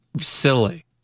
silly